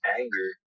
anger